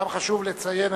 גם חשוב לציין,